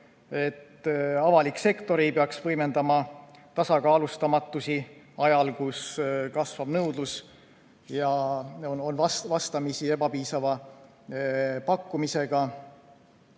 avalik sektor ei peaks võimendama tasakaalustamatusi ajal, kui kasvab nõudlus ja ollakse vastamisi ebapiisava pakkumisega.